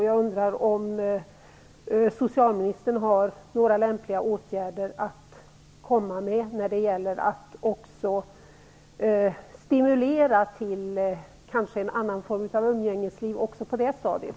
Jag undrar om socialministern har några lämpliga åtgärder att komma med när det gäller att kanske stimulera till en annan form av umgängesliv också på det stadiet.